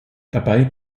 dabei